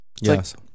Yes